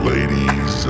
Ladies